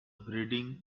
breeding